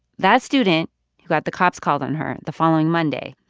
that student who got the cops called on her the following monday,